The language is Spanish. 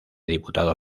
diputado